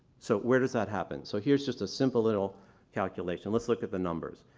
so where does that happen? so here's just a simple little calculation. let's look at the numbers.